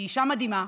היא אישה מדהימה,